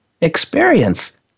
experience